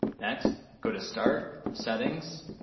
next, go to start, settings,